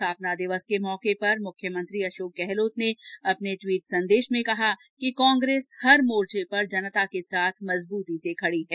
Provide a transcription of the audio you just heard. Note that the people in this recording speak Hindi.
स्थापना दिवस के मौके पर मुख्यमंत्री अशोक गहलोत ने अपने ट्वीट संदेश में कहा कि कांग्रेस हर मोर्चे पर जनता के साथ मजबूती से खड़ी है